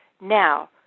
Now